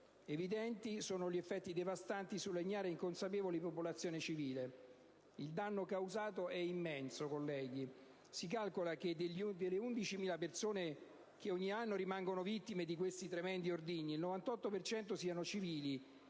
evidenti gli effetti devastanti sulle ignare e inconsapevoli popolazioni civili. Il danno causato è immenso: si calcola che, delle 11.000 persone che ogni anno rimangono vittime di questi tremendi ordigni, il 98 per cento siano civili